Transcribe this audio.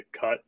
cut